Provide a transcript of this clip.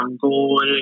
Gold